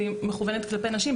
והיא מכוונת כלפי נשים.